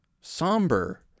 somber